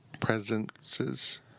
presences